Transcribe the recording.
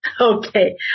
Okay